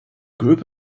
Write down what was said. group